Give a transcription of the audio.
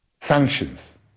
sanctions